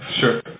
sure